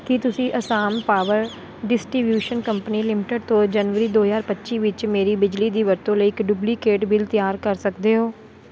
ਕੀ ਤੁਸੀਂ Assam power distribution company limited ਤੋਂ ਜਨਵਰੀ ਦੋ ਹਜ਼ਾਰ ਪੱਚੀ ਵਿੱਚ ਮੇਰੀ ਬਿਜਲੀ ਦੀ ਵਰਤੋਂ ਲਈ ਇੱਕ ਡੁਪਲੀਕੇਟ ਬਿੱਲ ਤਿਆਰ ਕਰ ਸਕਦੇ ਹੋ